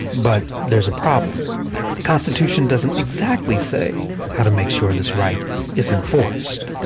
but there's a problem the constitution doesn't exactly say how to make sure this right is enforced.